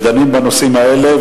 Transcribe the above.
דנים בנושאים האלה.